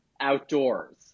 outdoors